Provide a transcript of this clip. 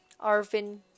Arvin